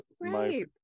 Right